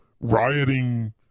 rioting